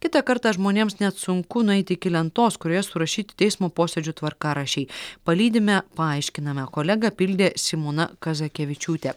kitą kartą žmonėms net sunku nueiti iki lentos kurioje surašyti teismo posėdžių tvarkaraščiai palydime paaiškiname kolegą pildė simona kazakevičiūtė